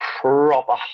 proper